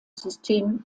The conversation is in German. system